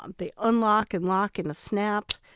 they unlock and lock in a snap,